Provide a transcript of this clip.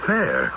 Fair